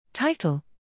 Title